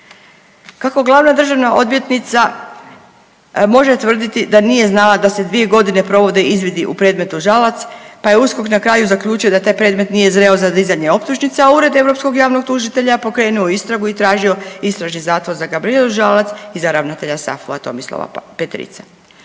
Kako glavna državna odvjetnica može tvrditi da nije znala da se 2.g. provode izvidi u predmetu Žalac, pa je USKOK na kraju zaključio da taj predmet nije zreo za dizanje optužnice, a Ured europskog javnog tužitelja je pokrenuo istragu i tražio istražni zatvor za Gabrijelu Žalac i za ravnatelja SAFU-a Tomislava Petrica.